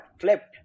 flipped